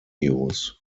use